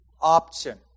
option